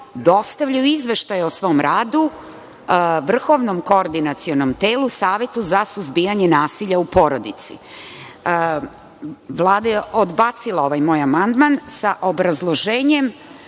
dostavljaju izveštaje o svom radu vrhovnom koordinacionom telu, Savetu za suzbijanje nasilja u porodici. Vlada je odbacila ovaj moj amandman, sa obrazloženjem